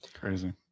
crazy